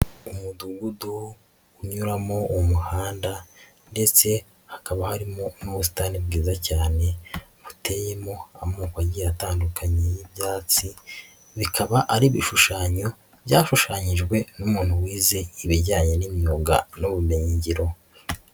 Umudugudu unyuramo umuhanda ndetse hakaba harimo n'ubusitani bwiza cyane buteyemo amoko agiye atandukanye y'ibyatsi bikaba ari ibishushanyo byashushanyijwe n'umuntu wize ibijyanye n'imyuga n'ubumenyingiro.